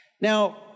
Now